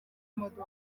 imodoka